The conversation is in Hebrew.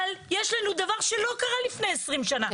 אבל יש לנו דבר שלא קרה לפני 20 שנה,